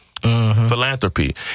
Philanthropy